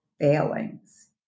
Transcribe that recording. failings